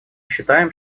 считаем